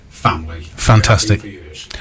Fantastic